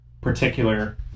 particular